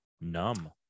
numb